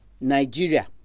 Nigeria